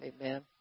Amen